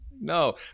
No